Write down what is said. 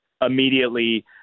immediately